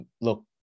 Look